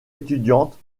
étudiantes